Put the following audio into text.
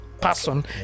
person